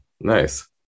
nice